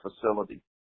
facility